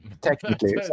Technically